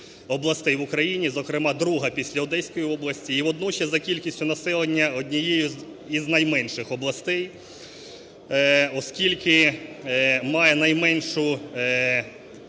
областей в Україні, зокрема друга після Одеської області, і водночас за кількістю населення – однією із найменших областей, оскільки має найменшу